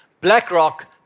BlackRock